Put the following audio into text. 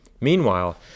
Meanwhile